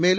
மேலும்